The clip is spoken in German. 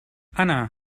anna